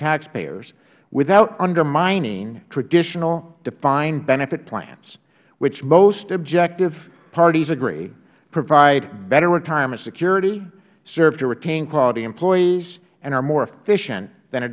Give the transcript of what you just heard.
taxpayers without undermining traditional defined benefit plants which most objective parties agree provide better retirement security serve to retain quality employees and are more efficient than a